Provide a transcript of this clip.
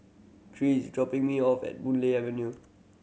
Tre is dropping me off at Boon Lay Avenue